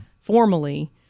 formally